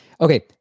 Okay